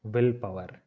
Willpower